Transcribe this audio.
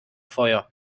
feuer